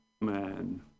man